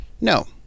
No